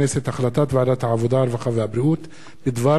הרווחה והבריאות בדבר פיצול הצעת חוק שוויון